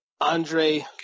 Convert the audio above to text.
Andre